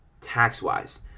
tax-wise